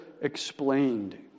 explained